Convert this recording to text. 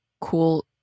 cool